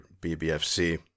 BBFC